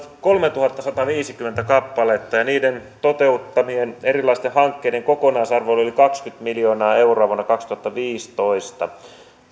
kolmetuhattasataviisikymmentä kappaletta ja niiden toteuttamien erilaisten hankkeiden kokonaisarvo oli kaksikymmentä miljoonaa euroa vuonna kaksituhattaviisitoista